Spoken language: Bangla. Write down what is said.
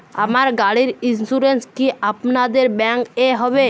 আমার গাড়ির ইন্সুরেন্স কি আপনাদের ব্যাংক এ হবে?